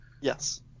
Yes